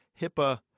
HIPAA